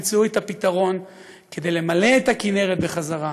ימצאו את הפתרון כדי למלא את הכינרת בחזרה,